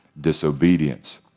disobedience